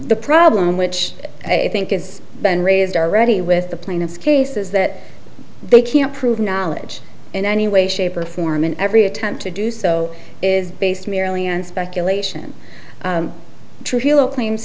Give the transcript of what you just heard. the problem which i think is been raised already with the plaintiff's case is that they can't prove knowledge in any way shape or form and every attempt to do so is based merely on speculation trivial claims